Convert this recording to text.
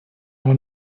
our